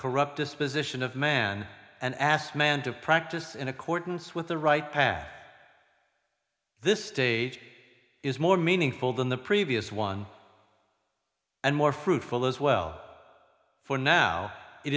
corrupt disposition of man and asked man to practice in accordance with the right pack this stage is more meaningful than the previous one and more fruitful as well for now it